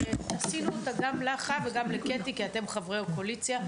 שעשינו אותה גם לך וגם לקטי כי אתם חברי קואליציה,